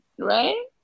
right